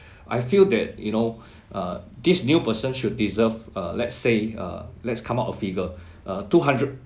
I feel that you know uh this new person should deserve uh let's say uh let's come out a figure uh two hundred